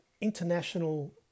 international